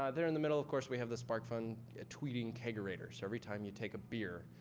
ah there in the middle, of course, we have the sparkfun ah tweeting kegerator. so every time you take a beer,